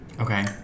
Okay